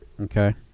Okay